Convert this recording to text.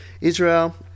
Israel